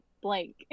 Blank